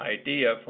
idea